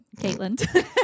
Caitlin